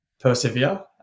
persevere